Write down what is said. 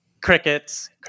crickets